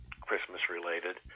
Christmas-related